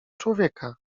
człowieka